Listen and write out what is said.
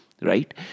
right